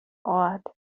awed